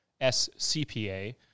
SCPA